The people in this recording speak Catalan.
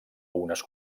unes